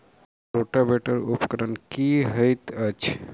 Rotavator उपकरण की हएत अछि?